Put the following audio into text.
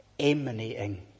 emanating